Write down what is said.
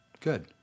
Good